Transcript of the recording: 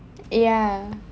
ya